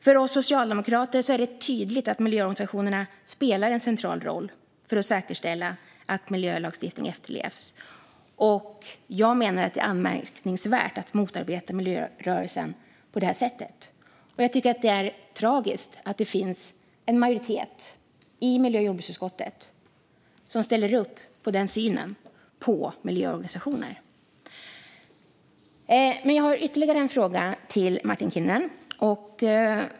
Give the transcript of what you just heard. För oss socialdemokrater är det tydligt att miljöorganisationerna spelar en central roll för att säkerställa att miljölagstiftning efterlevs. Jag menar att det är anmärkningsvärt att motarbeta miljörörelsen på det här sättet, och jag tycker att det är tragiskt att det finns en majoritet i miljö och jordbruksutskottet som ställer upp på den synen på miljöorganisationer. Jag har ytterligare en fråga till Martin Kinnunen.